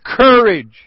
courage